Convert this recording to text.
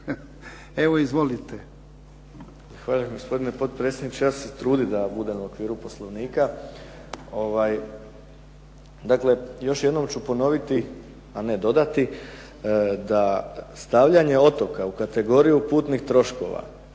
Zahvaljujem gospodine potpredsjedniče. Ja ću se truditi da budem u okviru Poslovnika. Dakle, još jednom ću ponoviti, a ne dodati, da stavljanje otoka u kategoriju putnih troškova,